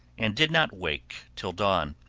and did not wake till dawn.